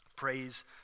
Praise